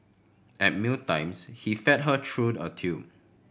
at meal times he fed her through a tube